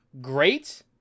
great